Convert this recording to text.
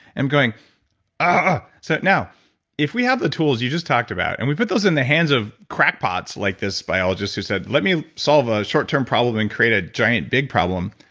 and ah so now if we have the tools you just talked about and we put those in the hands of crackpots like this biologist who said let me solve a short-term problem and create a giant big problem.